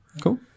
Cool